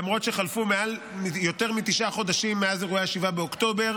למרות שחלפו יותר מתשעה חודשים מאז אירועי 7 באוקטובר,